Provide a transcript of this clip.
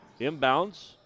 Inbounds